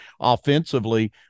offensively